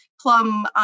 plum